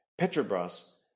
Petrobras